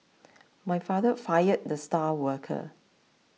my father fired the star worker